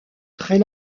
très